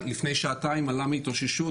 לפני שעתיים עלה מהתאוששות,